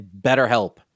BetterHelp